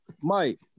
Mike